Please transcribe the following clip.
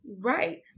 Right